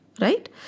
right